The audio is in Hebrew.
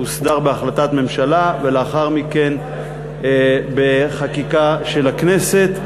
הוסדר בהחלטת ממשלה, ולאחר מכן בחקיקה של הכנסת,